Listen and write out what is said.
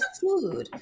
food